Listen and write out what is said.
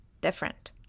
different